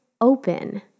open